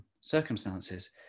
circumstances